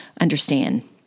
understand